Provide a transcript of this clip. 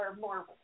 Marvel